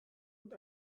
und